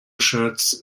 shirts